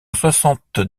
soixante